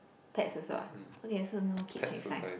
pets also ah okay so no kids next time